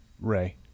Ray